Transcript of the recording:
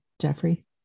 Jeffrey